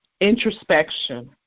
introspection